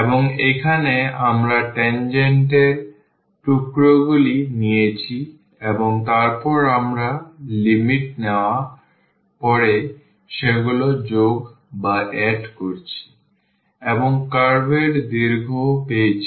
এবং এখানে আমরা tangent এর টুকরোগুলি নিয়েছি এবং তারপর আমরা লিমিট নেওয়ার পরে সেগুলো যোগ করেছি এবং আমরা কার্ভ এর দৈর্ঘ্য পেয়েছি